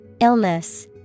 Illness